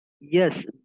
Yes